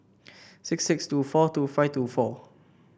six six two four two five two four